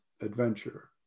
adventure